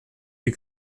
you